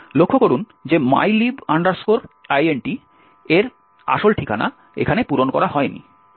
লক্ষ্য করুন যে mylib int এর আসল ঠিকানা এখানে পূরণ করা হয়নি